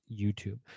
YouTube